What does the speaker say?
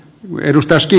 eu edustuston